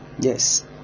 yes